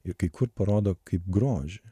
ir kai kur parodo kaip grožį